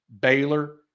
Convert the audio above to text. Baylor